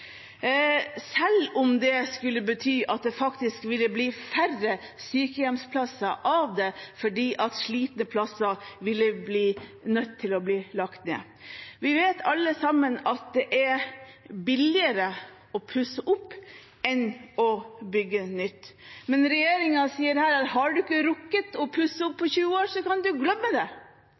selv om det skulle bety at det ville bli færre sykehjemsplasser av det, for slitte plasser ville en bli nødt til å legge ned. Vi vet alle at det er billigere å pusse opp enn å bygge nytt, men regjeringen sier her at har man ikke rukket å pusse opp på 20 år, kan man glemme det.